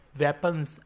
weapons